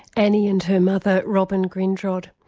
annie and her mother robyn grindrod.